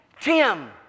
Tim